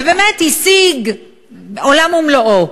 ובאמת השיג עולם ומלואו.